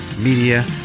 Media